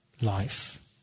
life